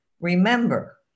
Remember